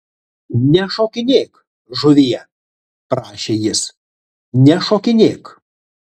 nešokinėk žuvie prašė jis nešokinėk